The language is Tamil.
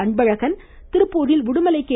அன்பழகன் திருப்பூரில் உடுமலை கே